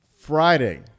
Friday